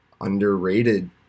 underrated